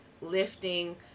lifting